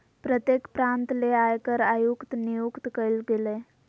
प्रत्येक प्रांत ले आयकर आयुक्त नियुक्त कइल गेलय